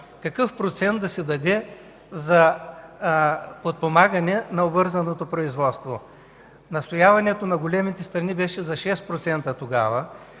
какъв процент да се даде за подпомагане на обвързаното производство? Настояването на големите страни тогава